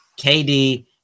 KD